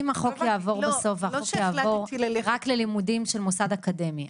אם החוק יעבור בסוף והחוק יעבור רק ללימודים של מוסד אקדמי,